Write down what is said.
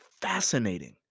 fascinating